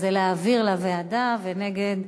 להעביר לוועדה, ונגד,